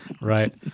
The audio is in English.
Right